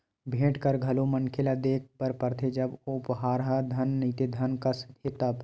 भेंट कर घलो मनखे ल देय बर परथे जब ओ उपहार ह धन नइते धन कस हे तब